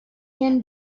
been